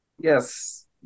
Yes